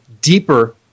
deeper